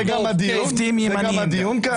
זה הדיון כאן?